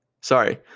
Sorry